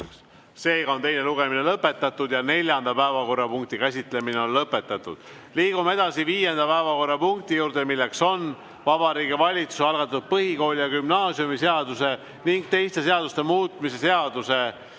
Seega on teine lugemine lõpetatud ja neljanda päevakorrapunkti käsitlemine on lõpetatud. Liigume edasi viienda päevakorrapunkti juurde, milleks on Vabariigi Valitsuse algatatud põhikooli‑ ja gümnaasiumiseaduse ning teiste seaduste muutmise seaduse